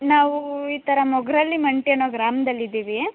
ನಾವೂ ಈ ಥರ ಮೊಗರಳ್ಳಿ ಮಂಟೆ ಅನ್ನೋ ಗ್ರಾಮ್ದಲ್ಲಿ ಇದ್ದಿವಿ